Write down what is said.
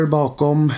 bakom